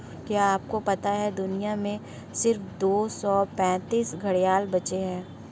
क्या आपको पता है दुनिया में सिर्फ दो सौ पैंतीस घड़ियाल बचे है?